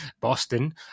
boston